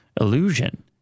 illusion